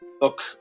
Look